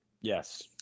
Yes